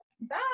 Bye